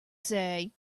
say